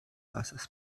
wassers